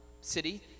city